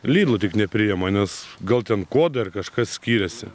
lidl tik nepriima nes gal ten kodai ar kažkas skiriasi